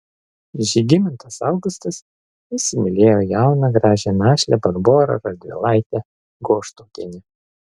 žygimantas augustas įsimylėjo jauną gražią našlę barborą radvilaitę goštautienę